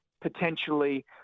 potentially